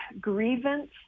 grievance